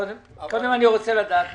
קודם אני רוצה לדעת משפטית.